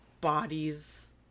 bodies